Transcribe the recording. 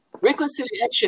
Reconciliation